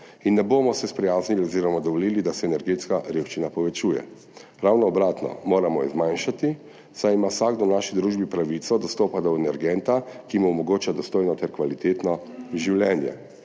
oziroma dovolili, da se energetska revščina povečuje. Ravno obratno, moramo jo zmanjšati, saj ima vsakdo v naši družbi pravico dostopa do energenta, ki mu omogoča dostojno ter kvalitetno življenje.